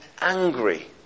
angry